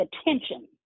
attention